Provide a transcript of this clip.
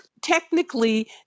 Technically